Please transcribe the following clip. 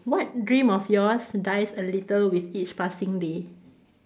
what dream of yours dies a little with each passing day